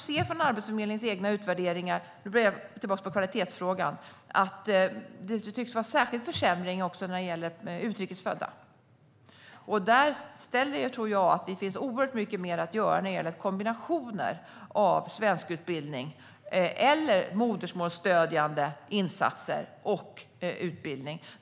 Man kan från Arbetsförmedlingens egna utvärderingar se att det tycks vara en särskild försämring när det gäller utrikes födda. Jag tror att det finns oerhört mycket mer att göra när det gäller kombinationer av utbildning i svenska eller modersmålsstödjande insatser och utbildning.